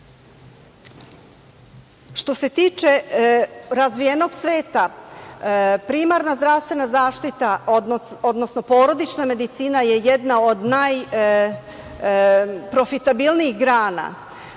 se tiče razvijenog sveta, primarna zdravstvena zaštita, odnosno porodična medicina je jedna od najprofitabilnijih grana.